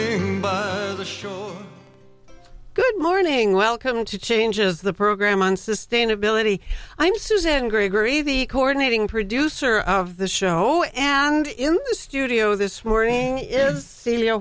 of the show good morning welcome to changes the program on sustainability i'm susan gregory the coordinating producer of the show and in the studio this morning is